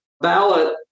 ballot